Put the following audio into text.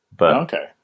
Okay